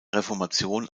reformation